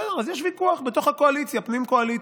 בסדר, אז יש ויכוח בתוך הקואליציה, פנים-קואליציה.